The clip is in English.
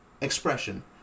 expression